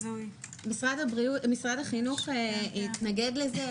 משרד החינוך התנגד לזה,